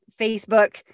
Facebook